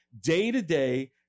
day-to-day